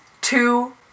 two